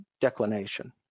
declination